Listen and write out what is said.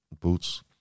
boots